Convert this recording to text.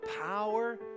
power